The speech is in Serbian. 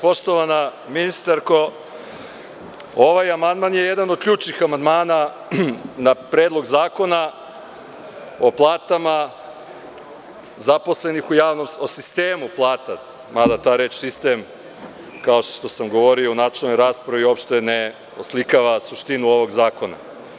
Poštovana ministarko, ovaj amandman je jedan od ključnih amandmana na Predlog zakona o platama zaposlenih, o sistemu plata, mada ta reč sistem, kao što sam govorio u načelnoj raspravi, uopšte ne oslikava suštinu ovog zakona.